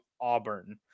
Auburn